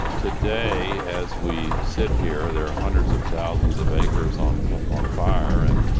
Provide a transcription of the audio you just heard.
today, as we sit here, there are hundreds of thousands of acres on on fire in